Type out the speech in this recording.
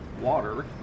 water